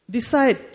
Decide